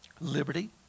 Liberty